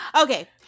Okay